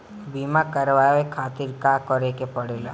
बीमा करेवाए के खातिर का करे के पड़ेला?